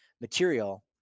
material